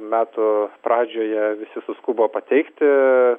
metų pradžioje visi suskubo pateikti